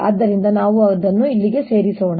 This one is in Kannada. ಆದ್ದರಿಂದ ನಾವು ಅವುಗಳನ್ನು ಇಲ್ಲಿ ಇರಿಸೋಣ